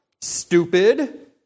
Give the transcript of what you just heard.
stupid